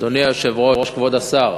אדוני היושב-ראש, כבוד השר